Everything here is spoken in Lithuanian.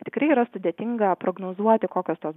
tikrai yra sudėtinga prognozuoti kokios tos